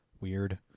Weird